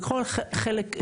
בכל חלק,